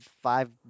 five